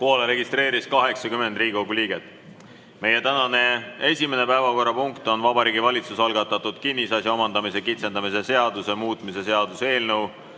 Kohale registreerus 80 Riigikogu liiget. Meie tänane esimene päevakorrapunkt on Vabariigi Valitsuse algatatud kinnisasja omandamise kitsendamise seaduse muutmise seaduse eelnõu